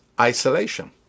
isolation